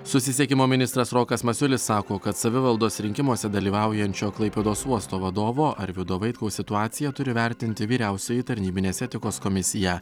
susisiekimo ministras rokas masiulis sako kad savivaldos rinkimuose dalyvaujančio klaipėdos uosto vadovo arvydo vaitkaus situaciją turi vertinti vyriausioji tarnybinės etikos komisija